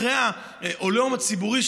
אחרי העליהום הציבורי,